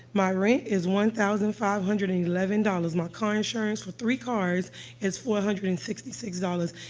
my rent is one thousand five hundred and eleven dollars. my car insurance for three cars is four hundred and sixty six dollars.